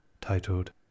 titled